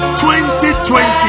2020